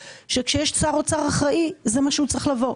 שכשיש שר אוצר אחראי זה מה שהוא צריך לעשות,